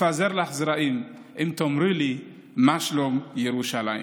אפזר לך זרעים אם תאמרי לי מה שלום ירושלים".